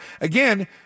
Again